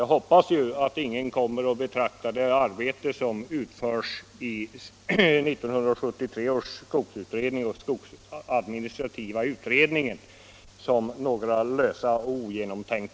Jag hoppas att det inte finns någon som betraktar det arbete som utförs i 1973 års skogsutredning och i skogsadministrativa utredningen som löst och ogenomtänkt.